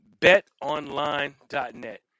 betonline.net